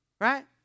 Right